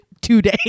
today